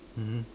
mmhmm